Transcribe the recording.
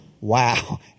Wow